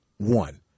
One